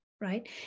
right